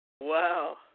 Wow